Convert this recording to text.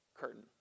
curtain